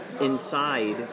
inside